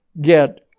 get